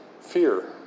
fear